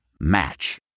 Match